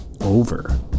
over